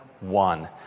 one